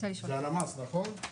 על המס, נכון?